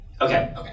Okay